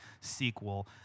sequel